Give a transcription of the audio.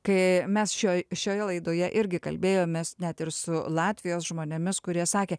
kai mes šioj šioje laidoje irgi kalbėjomės net ir su latvijos žmonėmis kurie sakė